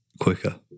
quicker